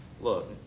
look